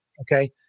Okay